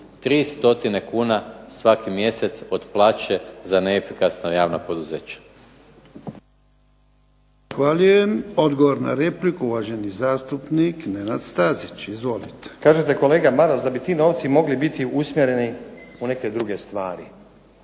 300 kuna svaki mjesec od plaće za neefikasna javna poduzeća. **Jarnjak, Ivan (HDZ)** Zahvaljujem. Odgovor na repliku, uvaženi zastupnik Nenad Stazić. Izvolite. **Stazić, Nenad (SDP)** Kažete kolega Maras da bi ti novci mogli biti usmjereni u neke druge stvari.